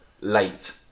late